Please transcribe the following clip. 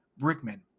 Brickman